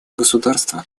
государства